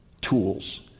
tools